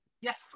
Yes